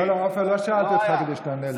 לא, לא, עופר, לא שאלתי אותך כדי שתענה לי.